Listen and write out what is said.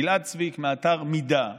גלעד צוויק מאתר מידה בדק,